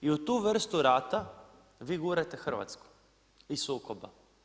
I u tu vrstu rata, vi gurate Hrvatsku iz sukoba.